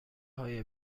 های